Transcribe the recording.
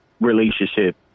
relationship